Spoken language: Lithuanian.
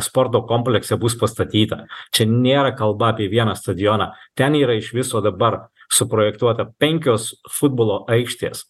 sporto komplekse bus pastatyta čia nėra kalba apie vieną stadioną ten yra iš viso dabar suprojektuota penkios futbolo aikštės